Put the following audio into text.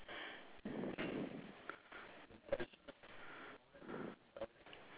okay mine is S U E and ben